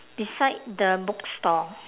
beside the bookstore